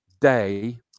day